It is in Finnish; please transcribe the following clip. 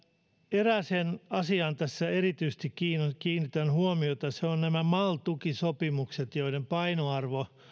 erääseen asiaan tässä erityisesti kiinnitän huomiota ja se on nämä mal tukisopimukset joiden painoarvo